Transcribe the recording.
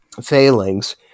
failings